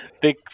big